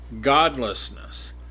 godlessness